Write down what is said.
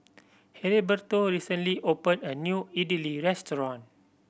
Heriberto recently opened a new Idili restaurant